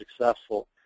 successful